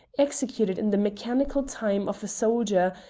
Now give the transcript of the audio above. executed in the mechanical time of a soldier,